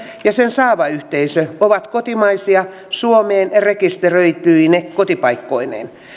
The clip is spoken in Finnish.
ja sen saava yhteisö ovat kotimaisia suomeen rekisteröityine kotipaikkoineen